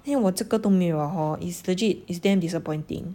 因为我这个都没有 liao hor is legit is damn disappointing